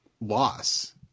loss